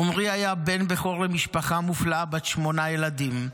עמרי היה בן בכור למשפחה מופלאה בת שמונה ילדים.